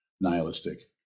Nihilistic